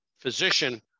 physician